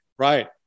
Right